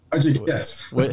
Yes